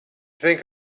think